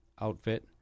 outfit